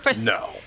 No